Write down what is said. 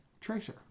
tracer